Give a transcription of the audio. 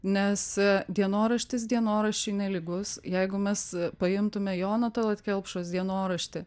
nes dienoraštis dienoraščiui nelygus jeigu mes paimtume jono talat kelpšos dienoraštį